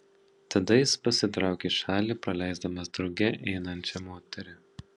tada jis pasitraukia į šalį praleisdamas drauge einančią moterį